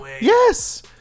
Yes